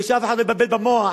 ושאף אחד לא יבלבל במוח